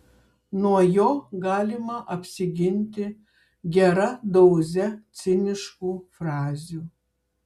nuo jo galima apsiginti gera doze ciniškų frazių